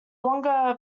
longer